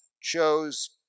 chose